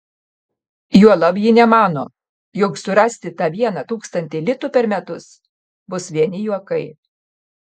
juolab ji nemano jog surasti tą vieną tūkstantį litų per metus bus vieni juokai